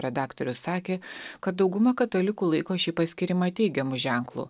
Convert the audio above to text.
redaktorius sakė kad dauguma katalikų laiko šį paskyrimą teigiamu ženklu